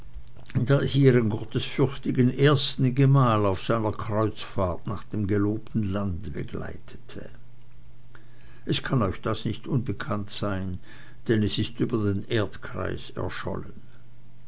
ihren gottesfürchtigen ersten gemahl auf seiner kreuzfahrt nach dem gelobten lande begleitete es kann euch das nicht unbekannt sein denn es ist über den erdkreis erschollen